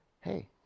hey